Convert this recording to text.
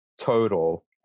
total